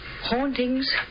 Hauntings